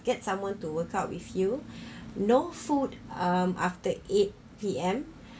get someone to work out with you no food um after eight P_M